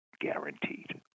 guaranteed